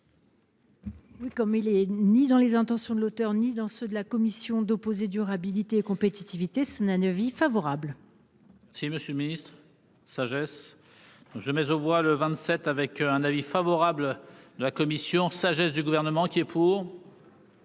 Oui, comme il est ni dans les intentions de l'auteur ni dans ceux de la commission d'opposer durabilité compétitivité son à Novi favorable. Si Monsieur le Ministre sagesse. Je mais on voit le 27 avec un avis favorable de la commission sagesse du gouvernement qui est. Pour.